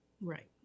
Right